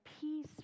peace